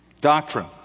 Doctrine